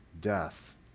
death